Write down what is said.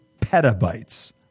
petabytes